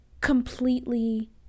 completely